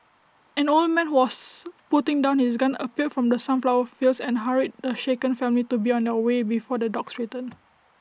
an old man who was putting down his gun appeared from the sunflower fields and hurried the shaken family to be on their way before the dogs return